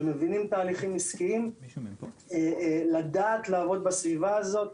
שמבינים תהליכים עסקיים לדעת לעבוד בסביבה הזאת,